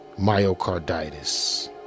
Myocarditis